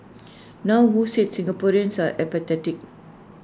now who said Singaporeans are apathetic